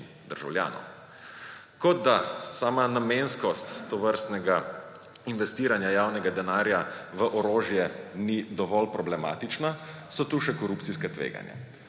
državljanov. Kot da sama namenskost tovrstnega investiranja javnega denarja v orožje ni dovolj problematična, so tu še korupcijska tveganja.